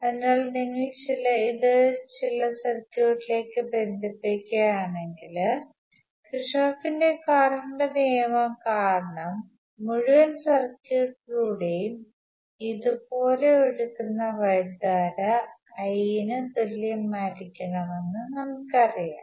അതിനാൽ നിങ്ങൾ ഇത് ചില സർക്യൂട്ടിലേക്ക് ബന്ധിപ്പിക്കുകയാണെങ്കിൽ കിർചോഫിന്റെ കറണ്ട് നിയമം കാരണം മുഴുവൻ സർക്യൂട്ടിലൂടെയും ഇതുപോലെ ഒഴുകുന്ന വൈദ്യുതധാര I ന് തുല്യമായിരിക്കണമെന്ന് നമുക്ക്ക്കറിയാം